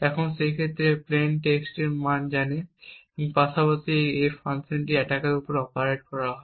এবং সেইজন্য সে প্লেইন টেক্সটের মান জানে পাশাপাশি এই F ফাংশনটি অ্যাটাকারের উপর অপারেট করা হয়